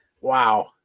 wow